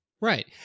Right